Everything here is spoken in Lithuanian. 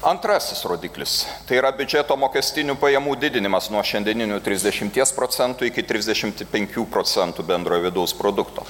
antrasis rodiklis tai yra biudžeto mokestinių pajamų didinimas nuo šiandieninių trisdešimties procentų iki trisdešimt penkių procentų bendrojo vidaus produkto